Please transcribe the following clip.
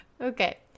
Okay